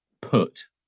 put